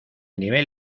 nivel